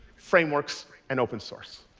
frameworks, and open source.